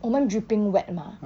我们 dripping wet mah